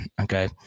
Okay